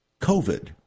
COVID